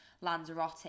Lanzarote